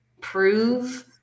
prove